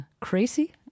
Crazy